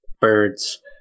Birds